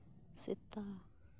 ᱥᱮᱛᱟ